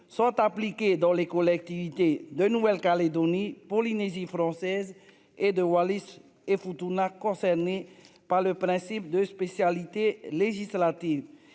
sont impliqués dans les collectivités de Nouvelle-Calédonie, Polynésie française, et de Wallis et Futuna, concerné par le principe de spécialité législative,